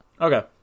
Okay